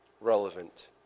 relevant